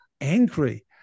angry